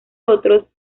otros